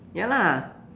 ya lah